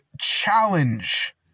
Challenge